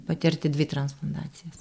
patirti dvi transplantacijas